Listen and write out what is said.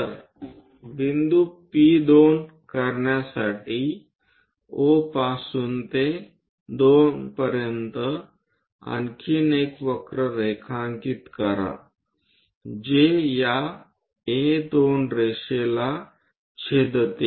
तर बिंदू P2 करण्यासाठी O पासून ते 2 पर्यंत आणखी एक वक्र रेखांकित करा जे या A2 रेषेला छेदते